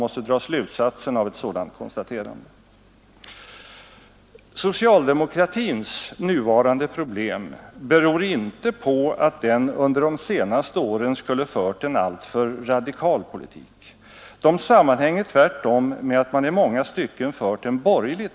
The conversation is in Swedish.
Vi sade på vår partikongress att vi tar detta beslut endast under förutsättning av en bred samverkan Jag var beredd till diskussioner med partiledarna, om en sådan samverkan var möjlig.